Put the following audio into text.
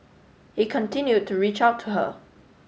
he continued to reach out to her